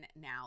now